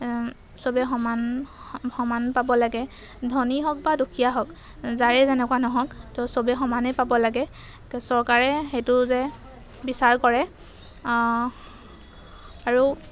চবে সমান সমান পাব লাগে ধনী হওক বা দুখীয়া হওক যাৰে যেনেকুৱা নহওক তো চবেই সমানেই পাব লাগে চৰকাৰে সেইটো যে বিচাৰ কৰে আৰু